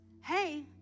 hey